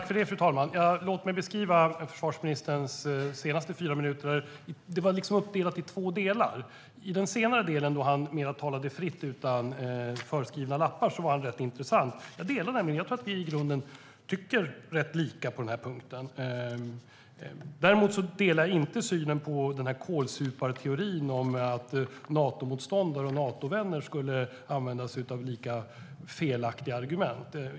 Fru talman! Låt mig beskriva försvarsministerns senaste fyra minuter. Anförandet var liksom uppdelat i två delar. I den senare delen, då han talade mer fritt utan i förväg skrivna lappar, var han rätt intressant. Jag tror att vi i grunden tycker rätt lika på den här punkten. Däremot delar jag inte den här kålsuparteorin: att Natomotståndare och Natovänner skulle använda sig av lika felaktiga argument.